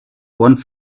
one